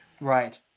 Right